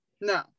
No